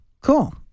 cool